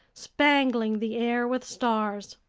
spangling the air with stars.